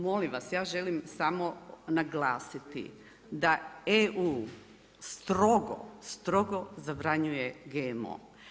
Molim vas, ja želim samo naglasiti da EU strogo, strogo zabranjuje GMO.